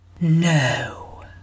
No